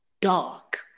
dark